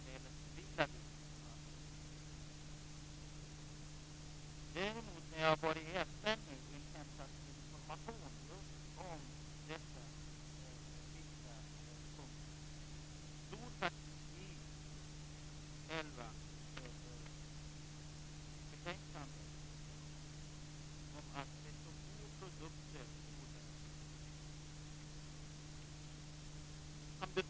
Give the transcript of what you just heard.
Därför yrkar vi på återremiss av detta betänkande.